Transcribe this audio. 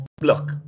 look